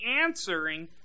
answering